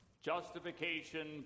Justification